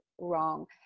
wrong